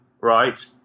right